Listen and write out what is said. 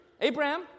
Abraham